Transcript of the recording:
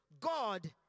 God